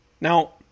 Now